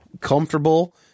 comfortable